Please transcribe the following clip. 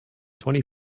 twenty